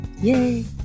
Yay